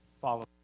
Follow